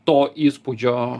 to įspūdžio